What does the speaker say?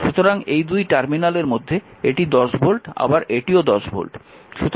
সুতরাং এই দুই টার্মিনালের মধ্যে এটি 10 ভোল্ট আবার এটিও 10 ভোল্ট